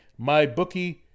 MyBookie